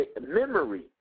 Memory